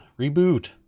reboot